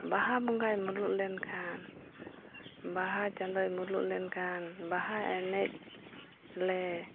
ᱵᱟᱦᱟ ᱵᱚᱸᱜᱟᱭ ᱢᱩᱞᱩᱜ ᱞᱮᱱᱠᱷᱟᱱ ᱵᱟᱦᱟ ᱪᱟᱸᱫᱳᱭ ᱢᱩᱞᱩᱜ ᱞᱮᱱᱠᱷᱟᱱ ᱵᱟᱦᱟ ᱮᱱᱮᱡ ᱞᱮ